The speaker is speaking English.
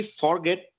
forget